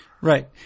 right